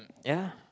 ya